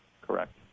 correct